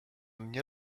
mnie